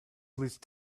please